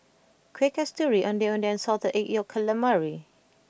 Kueh Kasturi Ondeh Ondeh and Salted Egg Yolk Calamari